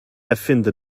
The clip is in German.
erfinde